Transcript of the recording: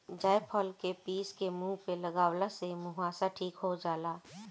जायफल के पीस के मुह पे लगवला से मुहासा ठीक हो जाला